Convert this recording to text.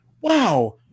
wow